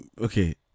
okay